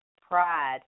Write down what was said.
pride